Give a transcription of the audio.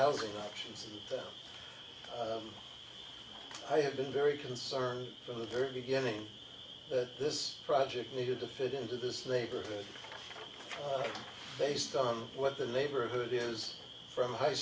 housing options i have been very concerned for the very beginning that this project needed to fit into this neighborhood based on what the neighborhood is from high